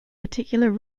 particular